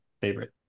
favorite